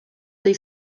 tej